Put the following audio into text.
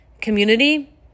Community